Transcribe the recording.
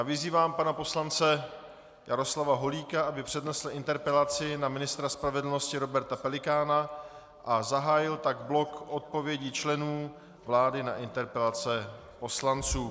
Vyzývám pana poslance Jaroslava Holíka, aby přednesl interpelaci na ministra spravedlnosti Roberta Pelikána a zahájil tak blok odpovědí členů vlády na interpelace poslanců.